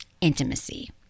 intimacy